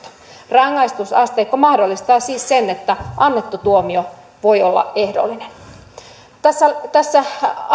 rangaistusasteikko mahdollistaa siis sen että annettu tuomio voi olla ehdollinen tässä